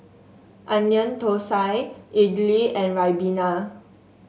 Onion Thosai idly and ribena